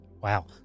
Wow